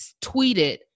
tweeted